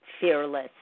fearless